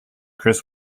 kris